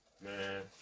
Man